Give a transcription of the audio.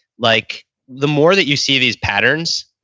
like the more that you see these patterns,